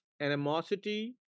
animosity